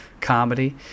comedy